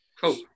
cool